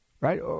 Right